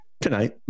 tonight